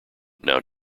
now